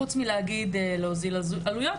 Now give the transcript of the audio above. חוץ מלהגיד להוזיל עלויות,